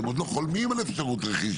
שהם עוד לא חולמים על אפשרות רכישה,